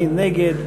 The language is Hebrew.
מי נגד?